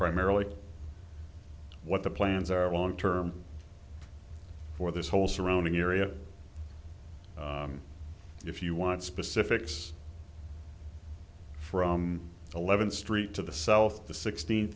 primarily what the plans are long term for this whole surrounding area if you want specifics from eleventh street to the south the sixteenth